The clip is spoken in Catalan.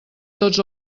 tots